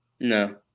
No